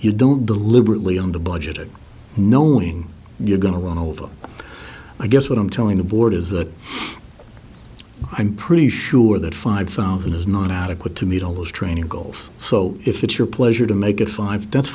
you don't deliberately on the budget knowing you're going to run over i guess what i'm telling the board is that i'm pretty sure that five thousand is not adequate to meet all those training goals so if it's your pleasure to make it five that's